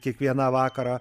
kiekvieną vakarą